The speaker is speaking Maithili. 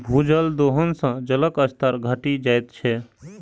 भूजल दोहन सं जलक स्तर घटि जाइत छै